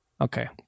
Okay